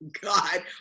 God